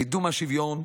קידום השוויון,